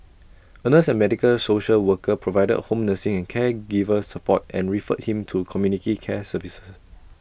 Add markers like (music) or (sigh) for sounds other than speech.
(noise) A nurse and medical social worker provided home nursing caregiver support and referred him to community care services